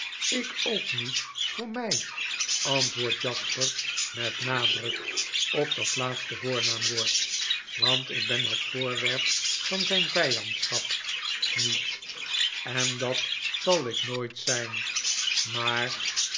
ik ook niet voor my antwoordt jasper met nadruk op dat laatste voornaamwoord w want ik ben het voorwerp van zyne vyandschap niet en dat zal ik nooit zyn maar